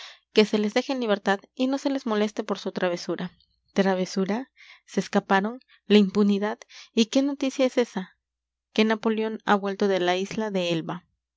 que se les deje en libertad y no se les moleste por su travesura travesura se escaparon la impunidad y qué noticia es esa que napoleón ha vuelto de la isla de elba